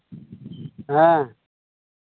ᱦᱮᱸ